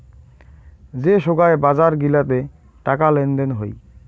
যে সোগায় বাজার গিলাতে টাকা লেনদেন হই